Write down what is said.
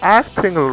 acting